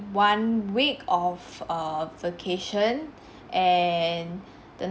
the number of people is six people including two elderly